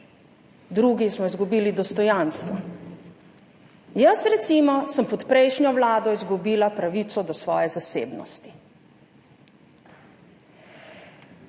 drugi smo izgubili dostojanstvo. Jaz sem recimo pod prejšnjo vlado izgubila pravico do svoje zasebnosti.